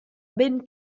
ben